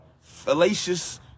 fallacious